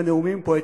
בנאומים פה,